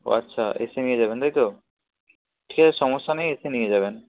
ও আচ্ছা এসে নিয়ে যাবেন তাই তো ঠিক আছে সমস্যা নেই এসে নিয়ে যাবেন